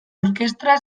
orkestra